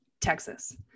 Texas